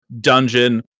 dungeon